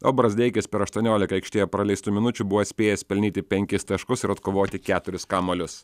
o brazdeikis per aštuoniolika aikštėje praleistų minučių buvo spėjęs pelnyti penkis taškus ir atkovoti keturis kamuolius